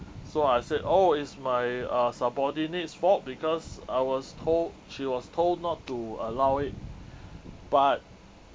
so I said oh is my uh subordinate's fault because I was told she was told not to allow it but